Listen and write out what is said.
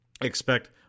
Expect